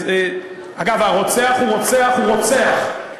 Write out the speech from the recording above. אגב, רוצח הוא רוצח הוא רוצח.